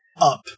up